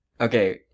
okay